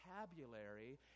vocabulary